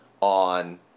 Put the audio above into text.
on